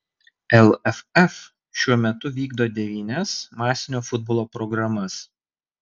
lff šiuo metu vykdo devynias masinio futbolo programas